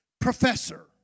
professor